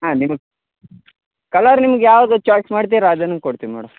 ಹಾಂ ನಿಮಗೆ ಕಲರ್ ನಿಮ್ಗೆ ಯಾವ್ದು ಚಾಯ್ಸ್ ಮಾಡ್ತೀರ ಅದನ್ನು ಕೊಡ್ತಿವಿ ಮೇಡಮ್